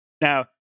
Now